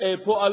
אלא